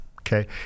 Okay